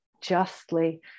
justly